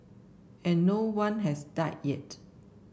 and no one has died yet